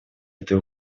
этой